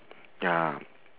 ya